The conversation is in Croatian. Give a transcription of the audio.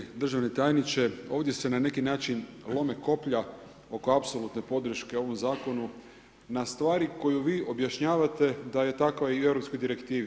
Uvaženi državni tajniče, ovdje se na neki način lome koplja oko apsolutne podrške u ovom zakonu, na stvari koje vi objašnjavate da je takva i u europskoj direktivi.